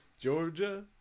Georgia